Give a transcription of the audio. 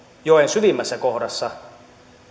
joen syvimmässä kohdassa